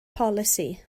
polisi